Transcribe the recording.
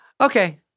Okay